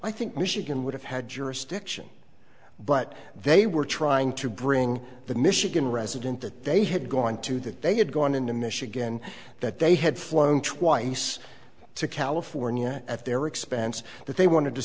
i think michigan would have had jurisdiction but they were trying to bring the michigan resident that they had gone to that they had gone into michigan that they had flown twice to california at their expense that they wanted to